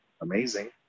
amazing